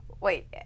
wait